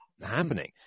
happening